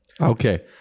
okay